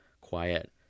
quiet